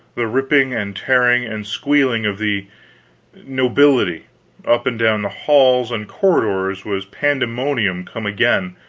the ripping and tearing and squealing of the nobility up and down the halls and corridors was pandemonium come again,